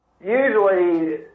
usually